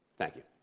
thank you.